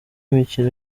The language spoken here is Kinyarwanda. mikino